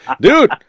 Dude